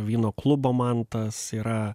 vyno klubo mantas yra